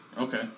Okay